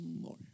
more